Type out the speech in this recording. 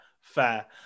fair